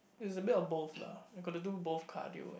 it's a bit of both lah I got to do both cardio and